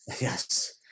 Yes